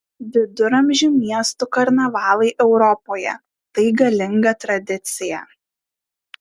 viduramžių miestų karnavalai europoje tai galinga tradicija